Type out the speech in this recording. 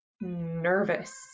nervous